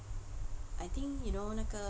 I think you know 那个